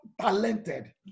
talented